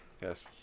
yes